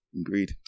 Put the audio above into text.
Agreed